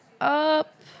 up